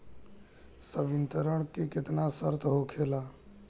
संवितरण के केतना शर्त होखेला?